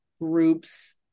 groups